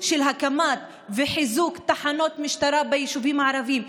של הקמה וחיזוק של תחנות משטרה ביישובים הערביים,